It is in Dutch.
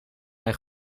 mij